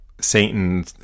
Satan